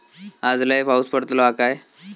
आज लय पाऊस पडतलो हा काय?